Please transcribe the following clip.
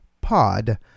Pod